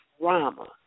drama